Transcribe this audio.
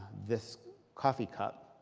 this coffee cup.